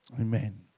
Amen